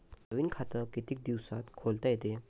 नवीन खात कितीक दिसात खोलता येते?